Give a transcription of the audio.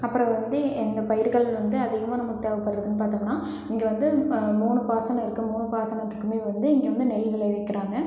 அப்புறம் வந்து இந்த பயிர்கள் வந்து அதிகமாக நமக்கு தேவைப்பட்றதுன்னு பார்த்தோம்னா இங்கே வந்து மூணு பாசனம் இருக்குது மூணு பாசனத்துக்குமே வந்து இங்கே வந்து நெல் விளைவிக்கிறாங்க